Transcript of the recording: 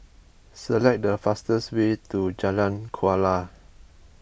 select the fastest way to Jalan Kuala